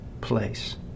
place